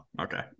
okay